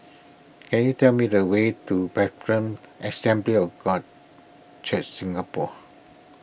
can you tell me the way to Background Assembly of God Church Singapore